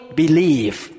believe